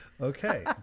Okay